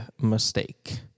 mistake